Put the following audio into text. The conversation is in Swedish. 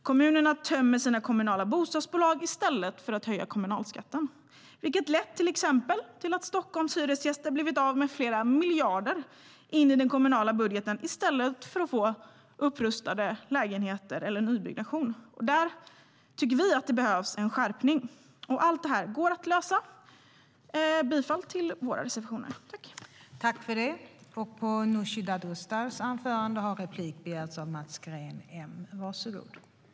Kommunerna tömmer sina kommunala bostadsbolag i stället för att höja kommunalskatten, vilket till exempel har lett till att Stockholms hyresgäster har blivit av med flera miljarder in i den kommunala budgeten i stället för att få upprustade lägenheter eller nybyggnation. Där tycker vi att det behövs en skärpning. Allt detta går att lösa.